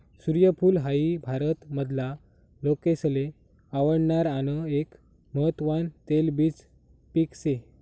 सूर्यफूल हाई भारत मधला लोकेसले आवडणार आन एक महत्वान तेलबिज पिक से